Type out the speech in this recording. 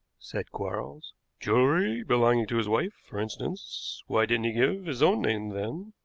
said quarles jewelry belonging to his wife, for instance. why didn't he give his own name then?